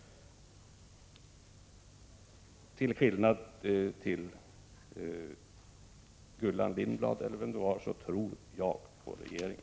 Till skillnad från Gullan Lindblad — jag tror att det var hon som gav uttryck för en annan uppfattning — tror jag på regeringen.